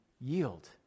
Yield